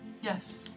yes